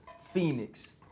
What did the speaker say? Phoenix